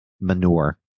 manure